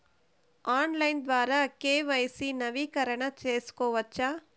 Online ద్వారా KYC నవీకరణ సేసుకోవచ్చా?